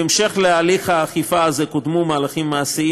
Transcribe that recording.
בהמשך להליך האכיפה הזה קודמו מהלכים מעשיים